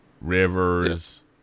Rivers